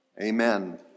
Amen